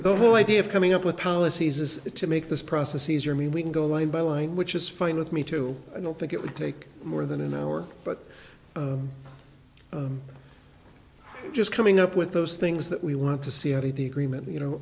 the whole idea of coming up with policies is to make this process easier mean we can go line by line which is fine with me too i don't think it would take more than an hour but just coming up with those things that we want to see added the agreement you know